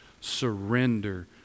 surrender